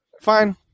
Fine